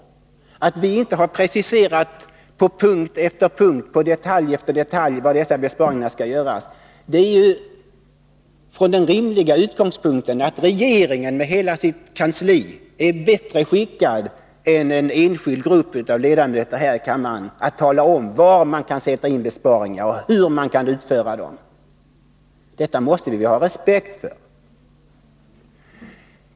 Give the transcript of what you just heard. Anledningen till att vi inte på punkt efter punkt, i detalj efter detalj har preciserat var dessa besparingar skall göras är att regeringen med hela sitt kansli är bättre skickad än en enskild grupp av ledamöter här i kammaren att tala om var man kan sätta in besparingar och hur det skall gå till. Detta måste vi ha respekt för.